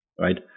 Right